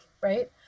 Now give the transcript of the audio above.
right